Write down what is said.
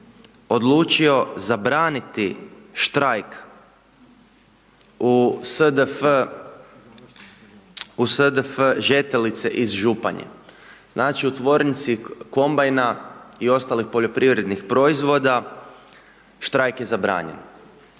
odlučio zabraniti štrajk u SDF Žetelice iz Županje. Znači u tvornici kombajna i ostalih poljoprivrednih proizvoda, štrajk je zabranjen.